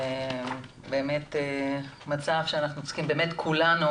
זה באמת מצב שאנחנו צריכים באמת כולנו